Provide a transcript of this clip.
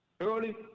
early